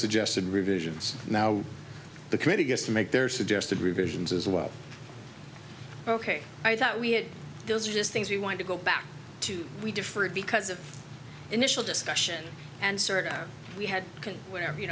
suggested revisions now the committee gets to make their suggested revisions as well ok i thought we had those are just things we want to go back to we differed because of initial discussion and certainly we had where you